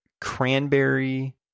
cranberry